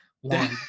One